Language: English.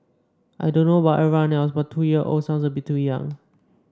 I don't know about everyone else but two year old sounds a bit too young